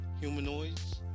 humanoids